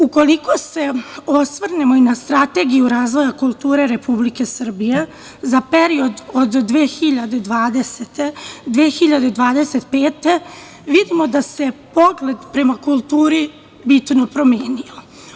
Ukoliko se osvrnemo i na strategiju razvoja kulture Republike Srbije za period od 2020/2025. godine vidimo da se pogled prema kulturi bitno promenio.